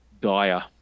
dire